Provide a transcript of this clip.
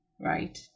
right